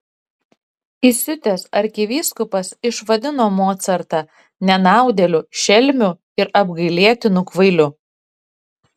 įsiutęs arkivyskupas išvadino mocartą nenaudėliu šelmiu ir apgailėtinu kvailiu